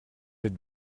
êtes